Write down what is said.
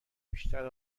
بیشتر